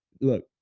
Look